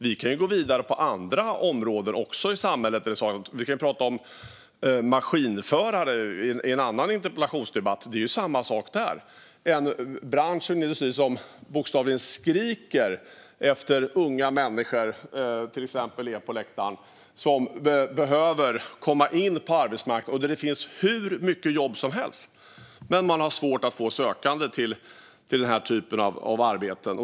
Vi kan gå vidare även på andra områden i samhället. Vi kan prata om maskinförare i en annan interpellationsdebatt. Det är samma sak där - en bransch och en industri som bokstavligen skriker efter unga människor, som ni som sitter på läktaren, som behöver komma in på arbetsmarknaden. Där finns det hur mycket jobb som helst, men man har svårt att få sökande till denna typ av arbeten.